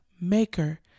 maker